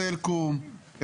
סלקום,